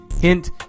Hint